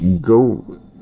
go